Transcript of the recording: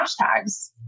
hashtags